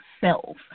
self